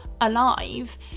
alive